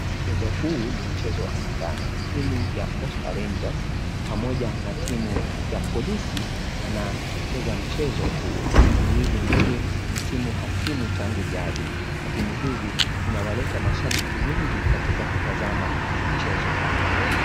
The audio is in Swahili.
Mchezo huu ni mchezo wa kandanda. Timu ya Posta Rangers pamoja na timu ya polisi wanacheza mchezo huu. Timu hizi mbili ni timu hazimu tangu jadi. Na timu hizi zinawaleta mashabiki wengi katika kutazama mchezo wao.